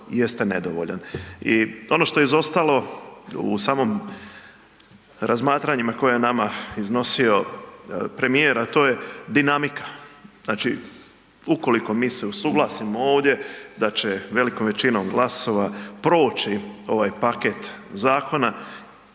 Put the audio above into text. I ono što je izostalo u samom razmatranjima koja je nama iznosio premijer, a to je dinamika. Znači, ukoliko mi se usuglasimo ovdje da će velikom većinom glasova proći ovaj paket zakona